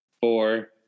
four